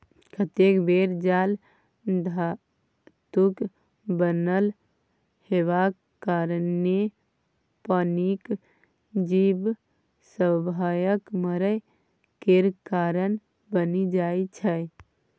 कतेक बेर जाल धातुक बनल हेबाक कारणेँ पानिक जीब सभक मरय केर कारण बनि जाइ छै